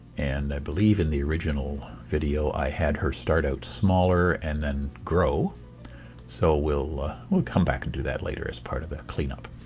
and i believe in the original video i had her start out smaller and then grow so we'll ah we'll come back and do that later as part of the cleanup.